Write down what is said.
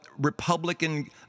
Republican